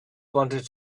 wanted